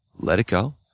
let it go.